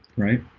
right?